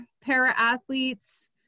para-athletes